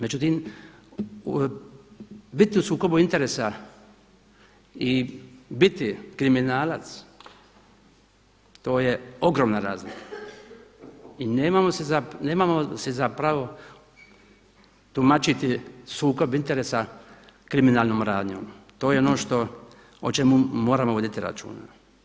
Međutim, biti u sukobu interesa i biti kriminalac to je ogromna razlika i nemamo si za pravo tumačiti sukob interesa kriminalnom radnjom, to je ono o čemu moramo voditi računa.